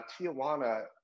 Tijuana